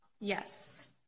yes